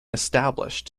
established